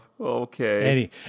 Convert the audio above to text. Okay